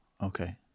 Okay